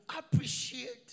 appreciate